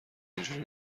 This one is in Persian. اینجوری